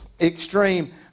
extreme